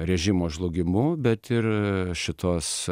režimo žlugimu bet ir šitos